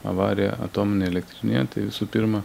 avarija atominėje elektrinėje tai visų pirma